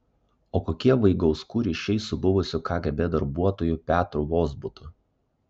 o kokie vaigauskų ryšiai su buvusiu kgb darbuotoju petru vozbutu